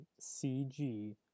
CG